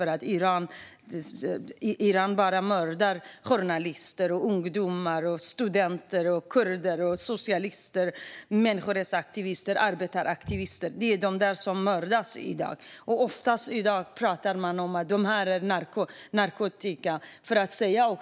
Iran mördar journalister, ungdomar, studenter, kurder, socialister, människorättsaktivister och arbetaraktivister. Det är de som mördas i dag. Oftast säger man att det har med narkotika att göra.